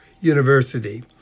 University